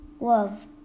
Love